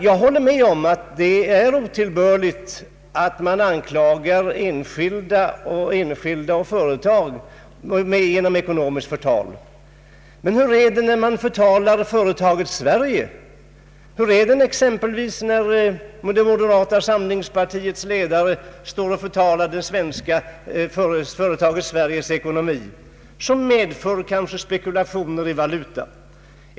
Jag håller med om att det är otillbörligt att utsätta enskilda och företag för ekonomiskt förtal — men hur är det när man förtalar företaget Sverige? Hur är det exempelvis när moderata samlingspartiets ledare förtalar företaget Sveriges ekonomi, något som kanske medför spekulationer i valuta?